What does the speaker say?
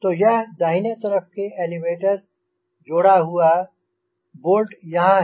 तो यह दाहिने तरफ़ के एलेवेटर जोड़ा हुआ बोल्ट यहाँ हैं